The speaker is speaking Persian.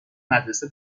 مدرسه